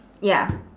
ya